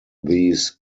these